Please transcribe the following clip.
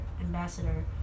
ambassador